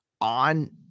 on